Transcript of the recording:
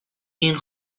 این